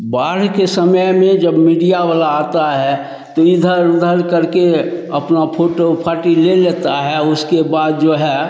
बाढ़ के समय में जब मीडिया वाले आते हैं तो इधर उधर करके अपना फोटो फाटी ले लेता है उसके बाद जो है